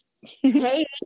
Hey